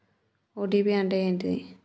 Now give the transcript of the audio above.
OTP అంటే ఏంటిది?